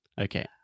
Okay